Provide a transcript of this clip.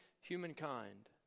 humankind